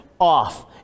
off